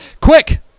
Quick